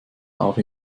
auch